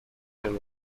and